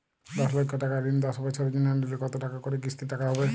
দশ লক্ষ টাকার ঋণ দশ বছরের জন্য নিলে কতো টাকা করে কিস্তির টাকা হবে?